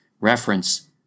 reference